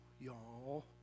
y'all